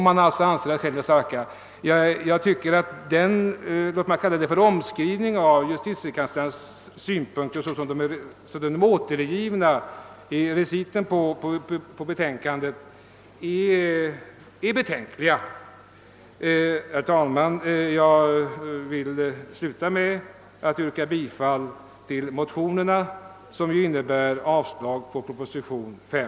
Man kan kalla detta för omskrivning av justitiekanslerns synpunkter sådana dessa återgivits i reciten i utlåtandet men omskrivningen är betänklig. Herr talman! Jag vill sluta med att yrka bifall till motionerna som ju innebär avslag på proposition nr 5.